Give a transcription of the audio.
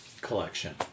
collection